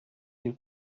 you